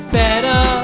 better